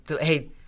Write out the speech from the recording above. hey